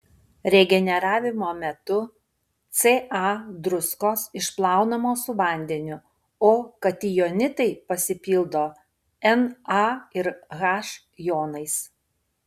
regeneravimo metu ca druskos išplaunamos su vandeniu o katijonitai pasipildo na ir h jonais